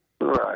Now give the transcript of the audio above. Right